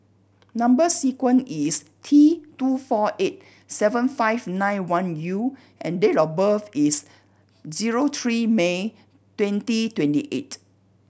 number sequence is T two four eight seven five nine one U and date of birth is zero three May twenty twenty eight